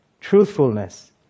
truthfulness